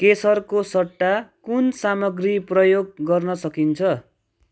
केसरको सट्टा कुन सामग्री प्रयोग गर्न सकिन्छ